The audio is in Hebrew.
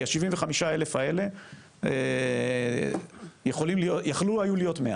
כי ה-75,000 האלה יכולים היו להיות מאה.